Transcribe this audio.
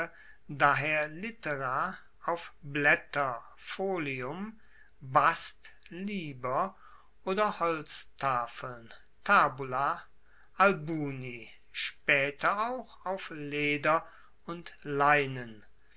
daher littera auf blaetter folium bast liber oder holztafeln tabula albuni spaeter auch auf leder und leinen